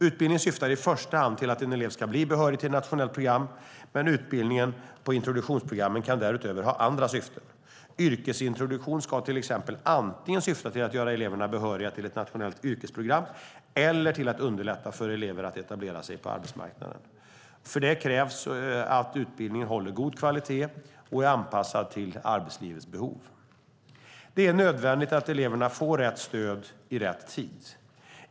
Utbildningen syftar i första hand till att en elev ska bli behörig till ett nationellt program, men utbildning på introduktionsprogrammen kan därutöver ha andra syften. Yrkesintroduktion ska till exempel syfta antingen till att göra eleverna behöriga till ett nationellt yrkesprogram eller till att underlätta för elever att etablera sig på arbetsmarknaden. För det krävs att utbildningen håller god kvalitet och är anpassad till arbetslivets behov. Det är nödvändigt att eleverna får rätt stöd i rätt tid.